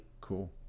cool